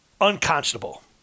unconscionable